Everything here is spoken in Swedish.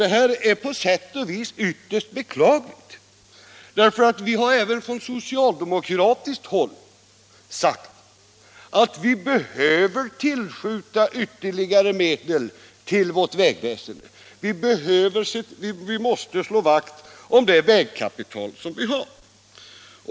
Detta är på sätt och vis ytterst beklagligt, eftersom vi även från socialdemokratiskt håll har sagt att vi behöver tillskjuta ytterligare medel till vårt vägväsende och att vi måste slå vakt om det vägkapital vi har.